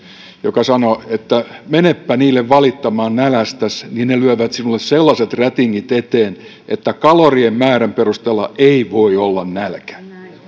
joka sanoo että meneppä niille valittamaan nälästäs niin ne lyövät sinulle sellaset rätingit eteen että kalorien määrän perusteella ei voi olla nälkä